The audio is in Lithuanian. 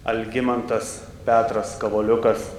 algimantas petras kavoliukas